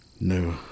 No